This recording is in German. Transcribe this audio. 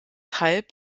halb